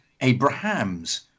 Abraham's